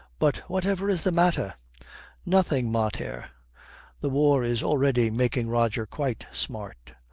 but whatever is the matter nothing, mater the war is already making roger quite smart.